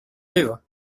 vivre